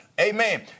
Amen